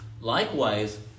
Likewise